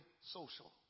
social